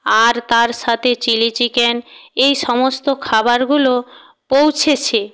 আর তার সাথে chilli chicken এই সমস্ত খাবারগুলো পৌঁছেছে